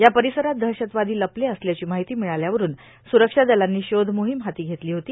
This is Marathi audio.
या पर्पारसरात दहशतवादो लपले असल्याची मर्ााहती भिळाल्यावरुन सुरक्षा दलांनी शोध मोहोम हाती घेतलो होती